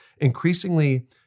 increasingly